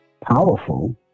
powerful